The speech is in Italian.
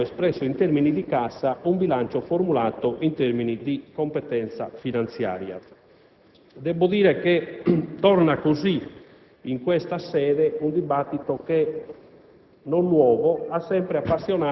all'attuale bilancio finanziario, espresso in termini di cassa, un bilancio formulato in termini di competenza finanziaria. Torna così, in questa sede, un dibattito non